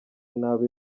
nabi